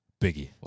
Biggie